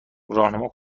راهنما